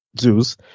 Zeus